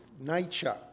nature